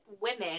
women